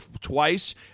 twice